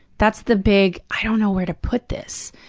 that's the big i don't know where to put this.